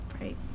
Right